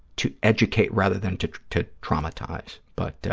to educate rather than to to traumatize. but